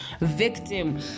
victim